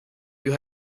you